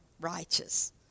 righteous